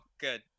good